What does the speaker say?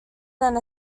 than